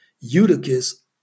Eutychus